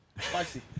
spicy